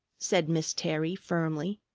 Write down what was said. said miss terry firmly.